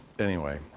anyway,